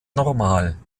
normal